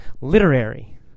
Literary